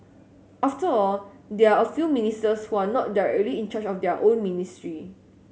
after all there are a few ministers who are not directly in charge of their own ministry